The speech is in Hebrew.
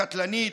הקטלנית,